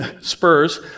spurs